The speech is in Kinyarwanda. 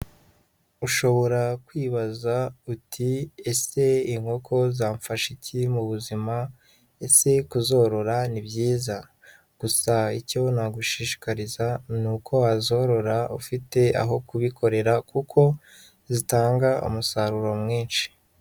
Ushobora kwibaza uti:" Ese inkoko zamfasha iki mu buzima? Ese kuzorora ni byiza? Gusa icyo nagushishikariza ni uko wazorora ufite aho kubikorera kuko zitanga umusaruro mwinshi.